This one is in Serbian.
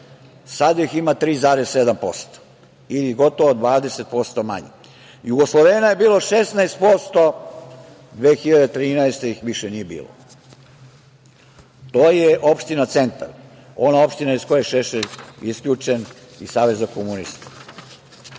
sad ih ima 3,7% ili gotovo 20% manje. Jugoslovena je bilo 16%, 2013. godine ih više nije bilo. To je opština Centar. Ona opština iz koje je Šešelj isključen iz Saveza komunista.